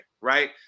right